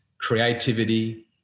creativity